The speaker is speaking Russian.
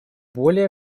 более